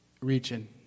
region